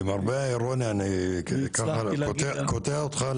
אני קוטע אותך.